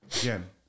again